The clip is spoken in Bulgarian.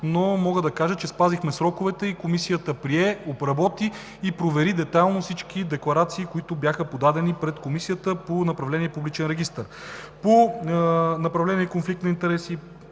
Мога да кажа, че спазихме сроковете и Комисията прие, обработи и провери детайлно всички декларации, които бяха подадени пред Комисията по направление „Публичен регистър“. По направление „Конфликт на интереси“